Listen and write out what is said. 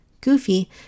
Goofy